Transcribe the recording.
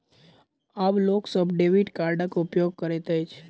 आब लोक सभ डेबिट कार्डक उपयोग करैत अछि